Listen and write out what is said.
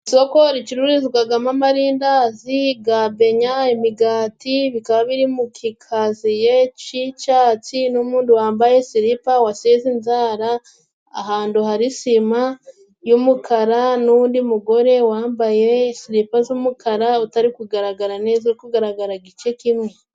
Isoko ricururizwagamo amarindazi，ga benya， imigati，bikaba biri mu gikaziye c'icatsi，n'undi muntu wambaye siripa， wasize inzara，ahantu hari sima y'umukara，n'undi mugore wambaye siripa z'umukara，utari kugaragara neza agaragara igice kimwe.